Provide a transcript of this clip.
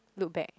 look back